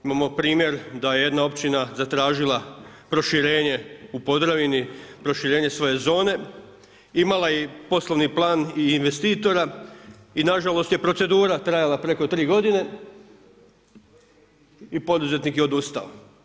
Imamo primjer da je jedna općina zatražila proširenje u Podravini, proširenje svoje zone, imala je poslovni plan i investitora i nažalost je procedura trajala preko tri godine i poduzetnik je odustao.